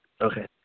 Okay